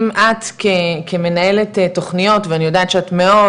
אם את כמנהלת תוכניות ואני יודעת שאת מאוד